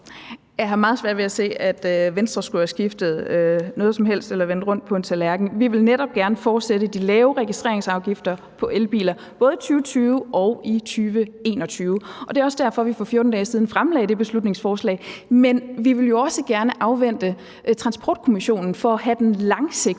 Jeg har meget svært ved at se, at Venstre skulle have skiftet noget som helst eller vendt rundt på en tallerken. Vi vil netop gerne fortsætte de lave registreringsafgifter på elbiler både i 2020 og i 2021, og det er også derfor, vi for 14 dage siden fremlagde det beslutningsforslag. Men vi vil jo også gerne afvente Transportkommissionen for at have den langsigtede